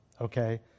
Okay